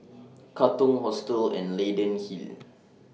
Katong Hostel and Leyden Hill